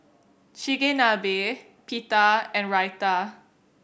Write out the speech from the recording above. Chigenabe Pita and Raita